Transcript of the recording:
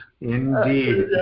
Indeed